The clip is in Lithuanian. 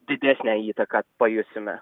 didesnę įtaką pajusime